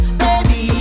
baby